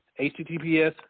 HTTPS